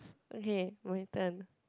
okay my turn